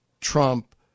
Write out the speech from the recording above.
Trump